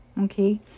okay